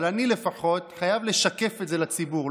אבל אני לפחות חייב לשקף את זה לציבור.